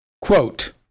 Quote